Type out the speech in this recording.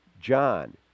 John